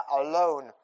alone